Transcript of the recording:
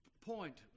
point